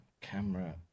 camera